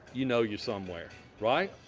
you know you're somewhere, right?